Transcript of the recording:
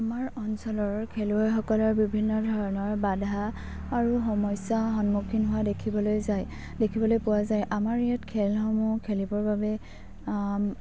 আমাৰ অঞ্চলৰ খেলুৱৈসকলৰ বিভিন্ন ধৰণৰ বাধা আৰু সমস্যা সন্মুখীন হোৱা দেখিবলৈ যায় দেখিবলৈ পোৱা যায় আমাৰ ইয়াত খেলসমূহ খেলিবৰ বাবে